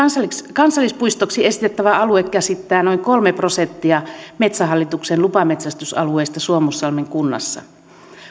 kansallispuistoksi esitettävä alue käsittää noin kolme prosenttia metsähallituksen lupametsästysalueesta suomussalmen kunnassa